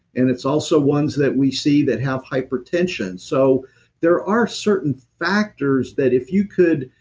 and it's also ones that we see that have hypertension so there are certain factors that if you could.